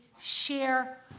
share